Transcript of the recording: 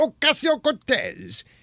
Ocasio-Cortez